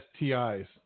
STIs